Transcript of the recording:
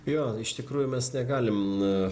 jo iš tikrųjų mes negalim